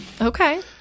Okay